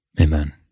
amen